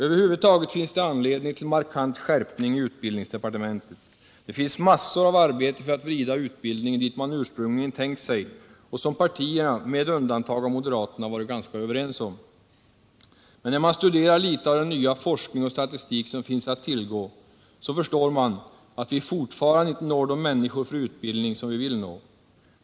Över huvud taget finns det anledning till markant skärpning i utbildningsdepartementet. Det behövs massor av arbete för att vrida utbildningen dit man ursprungligen tänkt sig och som partierna med undantag av moderaterna varit ganska överens om. Men när man studerar litet av den nya forskning och statistik som finns att tillgå, så förstår man att vi fortfarande inte når de människor som vi vill nå för utbildning.